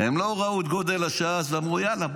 הם לא ראו את גודל השעה אז ואמרו: יאללה,